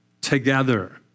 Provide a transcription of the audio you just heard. together